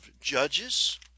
Judges